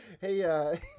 Hey